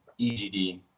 EGD